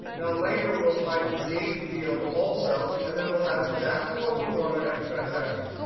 now, later we'll hide the date field, also and then we'll have exactly what we want in ftransactions,